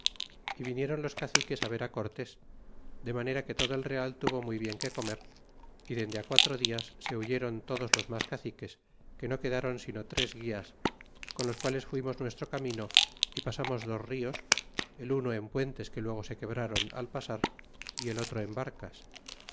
y viniéron los caciques a ver á cortés de manera que todo el real tuvo muy bien que comer y dende a quatro dias se huyeron todos los mas caciques que no quedaron sino tres guias coi los quales fuimos nuestro camino y pasamos dos nos el uno en puentes que luego se quebraron al pasar y el otro